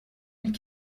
mille